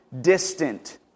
distant